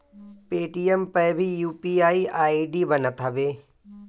Paytm पअ भी UPI ID बनत हवे